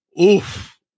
oof